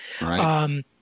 Right